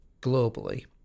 globally